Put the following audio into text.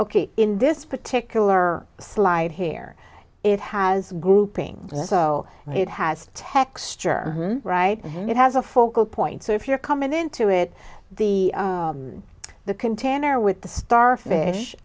ok in this particular slide hair it has grouping so it has texture right and it has a focal point so if you're coming into it the the container with the starfish